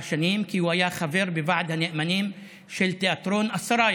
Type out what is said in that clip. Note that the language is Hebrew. שנים כי הוא היה חבר בוועד הנאמנים של תיאטרון אל-סראיא,